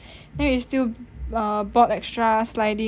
then we still err bought extra sliding